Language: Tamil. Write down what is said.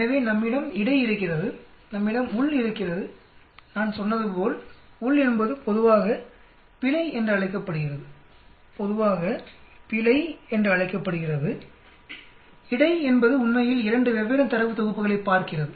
எனவே நம்மிடம் இடை இருக்கிறது நம்மிடம் உள் இருக்கிறது நான் சொன்னது போல் உள் என்பது பொதுவாக பிழை என்று அழைக்கப்படுகிறது பொதுவாக பிழை என்று அழைக்கப்படுகிறது இடை என்பது உண்மையில் 2 வெவ்வேறு தரவு தொகுப்புகளைப் பார்க்கிறது